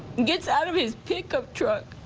gets out of his pickup truck.